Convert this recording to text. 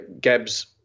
Gabs